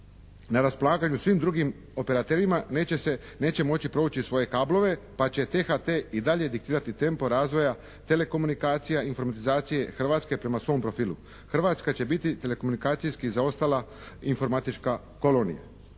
na raspolaganju svim drugim operaterima neće se, neće moći provući svoje kablove pa će THT i dalje diktirati tempo razvoja telekomunikacija, informatizacije Hrvatske prema svom profilu. Hrvatska će biti telekomunikacijski zaostala informatička kolonija.